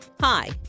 Hi